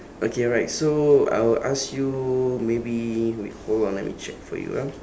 okay right so I will ask you maybe wait hold on let me check for you ah